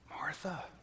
Martha